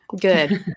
good